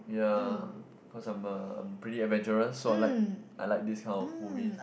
yeah cause I'm a pretty adventurous so I like I like this kind of movies